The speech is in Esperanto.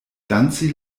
danci